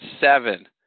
seven